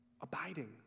Abiding